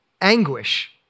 anguish